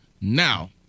Now